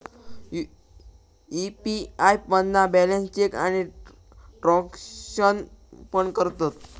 UPI मधना balance check आणि transaction पण करतत